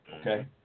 okay